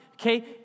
okay